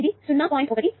1 వోల్ట్లుగా మారుతుంది